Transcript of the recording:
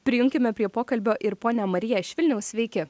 prijunkime prie pokalbio ir ponią mariją iš vilniaus sveiki